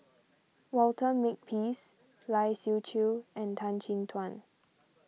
Walter Makepeace Lai Siu Chiu and Tan Chin Tuan